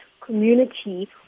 community